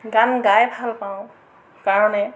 গান গাই ভাল পাওঁ কাৰণে